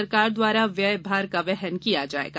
सरकार द्वारा व्यय भार का वहन किया जाएगा